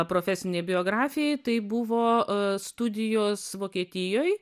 profesinei biografijai tai buvo studijos vokietijoj